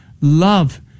love